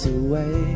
away